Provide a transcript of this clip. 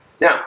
Now